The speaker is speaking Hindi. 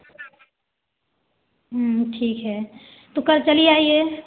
ठीक है तो चली आईए